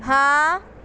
ਹਾਂ